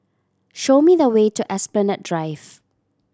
show me the way to Esplanade Drive